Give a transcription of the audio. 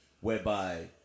Whereby